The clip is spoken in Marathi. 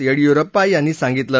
येदियुरप्पा यांनी सांगितलं